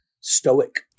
stoic